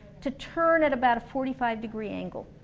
to turn at about a forty five degree angle